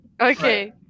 Okay